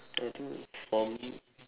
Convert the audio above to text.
I think for me